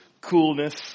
coolness